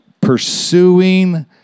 pursuing